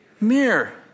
mirror